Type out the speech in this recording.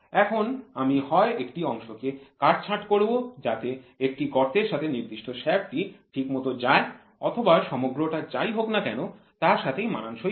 এখন আমি হয় একটি অংশকে কাটছাঁট করব যাতে একটি গর্তের সাথে নির্দিষ্ট শ্যাফ্ট টি ঠিকমতো যায় অথবা সমগ্রটা যাই হোক না কেন তার সাথেই মানানসই হয়